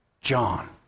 John